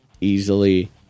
easily